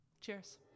Cheers